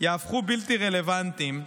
ייהפכו בלתי רלוונטיים,